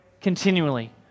continually